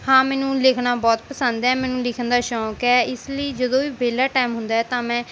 ਹਾਂ ਮੈਨੂੰ ਲਿਖਣਾ ਬਹੁਤ ਪਸੰਦ ਹੈ ਮੈਨੂੰ ਲਿਖਣ ਦਾ ਸ਼ੌਂਕ ਹੈ ਇਸ ਲਈ ਜਦੋਂ ਵੀ ਵਿਹਲਾ ਟਾਈਮ ਹੁੰਦਾ ਤਾਂ ਮੈਂ